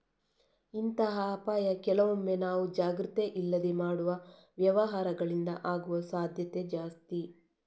ಇಂತಹ ಅಪಾಯ ಕೆಲವೊಮ್ಮೆ ನಾವು ಜಾಗ್ರತೆ ಇಲ್ಲದೆ ಮಾಡುವ ವ್ಯವಹಾರಗಳಿಂದ ಆಗುವ ಸಾಧ್ಯತೆ ಜಾಸ್ತಿ